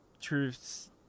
truths